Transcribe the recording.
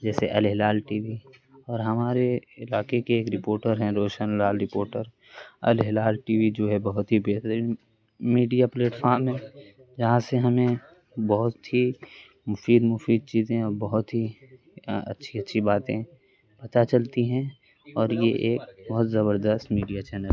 جیسے Alhilal T V اور ہمارے علاقے کے ایک رپورٹر ہیں Roshan Lal reporter Alhilal T V جو ہے بہت ہی بہترین میڈیا پلیٹفام ہے جہاں سے ہمیں بہت ہی مفید مفید چیزیں اور بہت ہی اچھی اچھی باتیں پتہ چلتی ہیں اور یہ ایک بہت زبردست میڈیا چینل